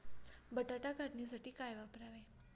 बटाटा काढणीसाठी काय वापरावे?